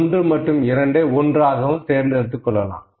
1 மற்றும் 2ஐ ஒன்றாகவும் தேர்ந்தெடுத்துக் கொள்ளலாம்